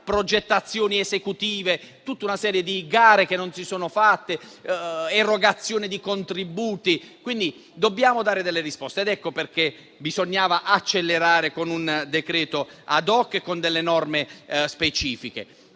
progettazioni esecutive e tutta una serie di gare e non sono stati erogati i contributi. Dobbiamo dare risposte ed ecco perché bisognava accelerare con un decreto *ad hoc* e norme specifiche.